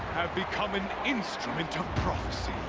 have become an instrument of prophecy!